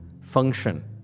function